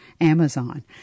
Amazon